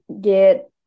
get